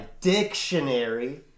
dictionary